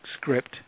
script